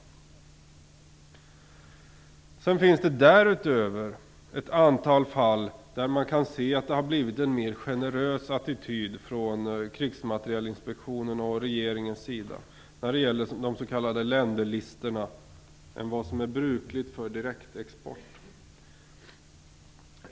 Därutöver finns det ett antal fall där man kan se att krigsmaterielsinspektionens och regeringens attityd när det gäller de s.k. länderlistorna blivit mer generös än vad som är brukligt för direktexport.